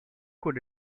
could